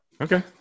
okay